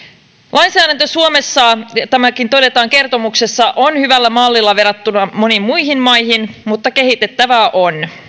lainsäädäntö suomessa tämäkin todetaan kertomuksessa on hyvällä mallilla verrattuna moniin muihin maihin mutta kehitettävää on